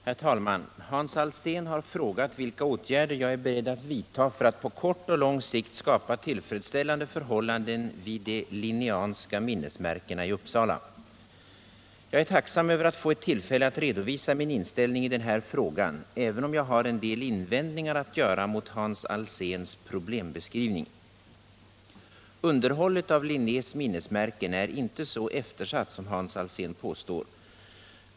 Herr talman! Hans Alsén har frågat vilka åtgärder jag är beredd att vidta för att på kort och lång sikt skapa tillfredsställande förhållanden vid de Linnéanska minnesmärkena i Uppsala. Jag är tacksam över att få ett tillfälle att redovisa min inställning i den här frågan även om jag har en del invändningar att göra mot Hans Alséns problembeskrivning. Underhållet av Linnés minnesmärken är inte så eftersatt som Hans Alsén påstår.